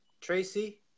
Tracy